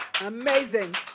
Amazing